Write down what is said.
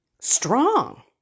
strong